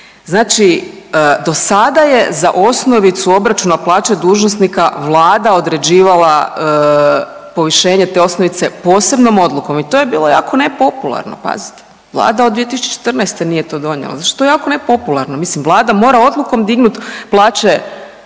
Znači do sada je za osnovicu obračuna plaće dužnosnika Vlada određivala povišenje te osnovice posebnom odlukom i to je bilo jako nepopularno, pazite. Vlada od 2014. nije to donijela. Zato što je jako nepopularno, mislim Vlada mora odlukom dignuti plaće dužnosnicima